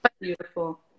Beautiful